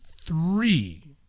three